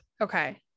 okay